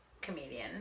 Comedian